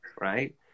right